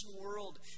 World